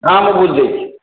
ନା ମୁଁ ଭୁଲିଯାଇଛି